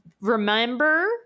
remember